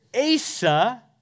Asa